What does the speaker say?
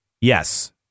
Yes